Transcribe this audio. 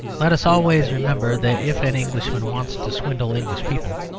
let us always remember that if an englishman wants to swindle english people,